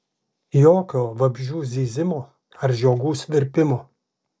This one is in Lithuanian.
jokio vabzdžių zyzimo ar žiogų svirpimo